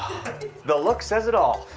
the look says it all.